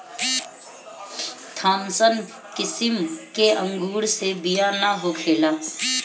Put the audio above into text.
Thompson किसिम के अंगूर मे बिया ना होखेला